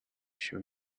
show